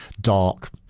Dark